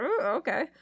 okay